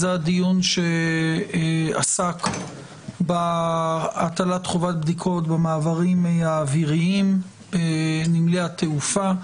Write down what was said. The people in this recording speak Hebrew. זה הדיון שעסק בהטלת חובת בדיקות במעברים האוויריים ונמלי התעופה.